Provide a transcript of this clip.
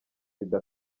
sida